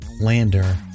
lander